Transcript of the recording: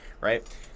right